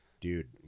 Dude